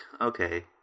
Okay